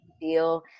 deal